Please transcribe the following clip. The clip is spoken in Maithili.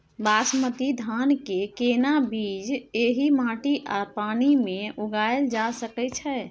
बासमती धान के केना बीज एहि माटी आ पानी मे उगायल जा सकै छै?